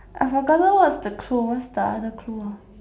I forgotten what's the clue what's the other clue ah